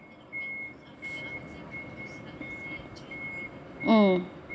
mm